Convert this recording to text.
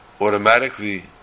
automatically